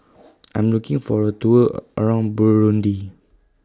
I Am looking For A Tour around Burundi